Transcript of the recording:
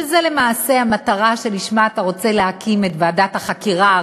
שזו למעשה המטרה שלשמה אתה רוצה להקים את ועדת החקירה,